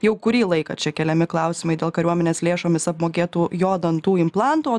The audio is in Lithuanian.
jau kurį laiką čia keliami klausimai dėl kariuomenės lėšomis apmokėtų jo dantų implantų o